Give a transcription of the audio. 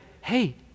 hey